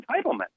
entitlement